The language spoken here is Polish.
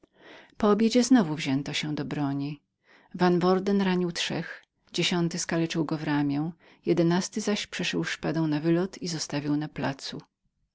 po obiedzie znowu wzięto się do bronibroni pierwsi trzej zostali ranni przez pana van worden dziesiąty skaleczył go w ramię jedenasty zaś przeszył go szpadą na wylot i zostawił na placu